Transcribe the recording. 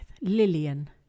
Lillian